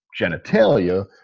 genitalia